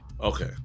Okay